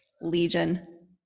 legion